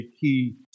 key